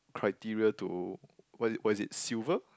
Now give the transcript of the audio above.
criteria to what's it what's it silver